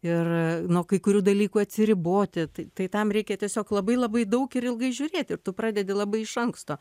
ir nuo kai kurių dalykų atsiriboti tai tam reikia tiesiog labai labai daug ir ilgai žiūrėti tu pradedi labai iš anksto